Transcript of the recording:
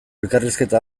elkarrizketa